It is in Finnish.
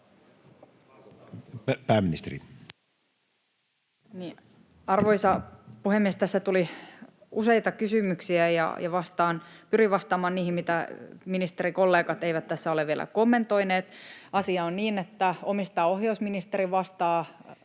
Content: Arvoisa puhemies! Tässä tuli useita kysymyksiä, ja pyrin vastaamaan niihin, mitä ministerikollegat eivät tässä ole vielä kommentoineet: Asia on niin, että omistajaohjausministeri vastaa